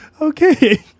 Okay